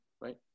right